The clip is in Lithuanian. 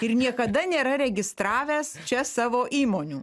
ir niekada nėra registravęs čia savo įmonių